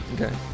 Okay